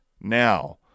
now